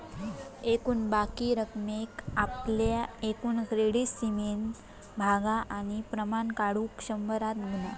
एकूण बाकी रकमेक आपल्या एकूण क्रेडीट सीमेन भागा आणि प्रमाण काढुक शंभरान गुणा